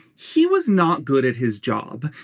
he was not good at his job.